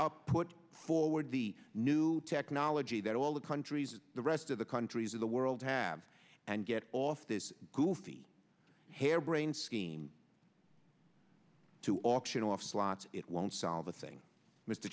forward the new technology that all the countries the rest of the countries of the world have and get off this goofy hair brained scheme to auction off slots it won't solve a thing